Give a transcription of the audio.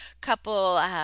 couple